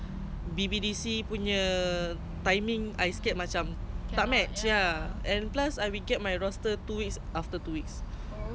when finishing that two weeks already then I know what is my next shift then orang kasi baru punya so is like oh my god mm